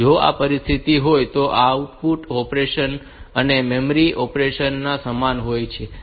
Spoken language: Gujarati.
જો તે પરિસ્થિતિ હોય તો આ આઉટ ઓપરેશન અને મેમરી રીડ ઓપરેશન સમાન હોય છે